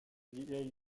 vieille